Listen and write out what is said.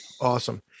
Awesome